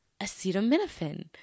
acetaminophen